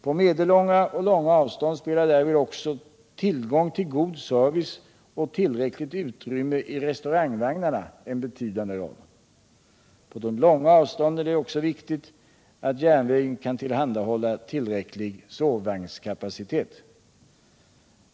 På medellånga och långa avstånd spelar därvid också tillgång till god service och tillräckligt utrymme i restaurangvagnarna en betydande roll. På de långa avstånden är det också viktigt att järnvägen kan tillhandahålla tillräcklig sovvagnskapacitet.